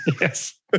Yes